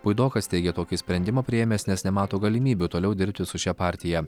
puidokas teigė tokį sprendimą priėmęs nes nemato galimybių toliau dirbti su šia partija